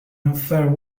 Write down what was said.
unfair